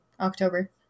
october